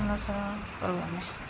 କ୍ରମଶଃ